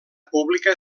pública